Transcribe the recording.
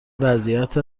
وضعیت